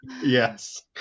yes